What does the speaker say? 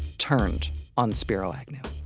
turned on spiro agnew